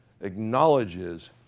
acknowledges